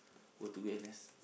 were to be N_S